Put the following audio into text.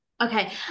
Okay